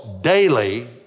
daily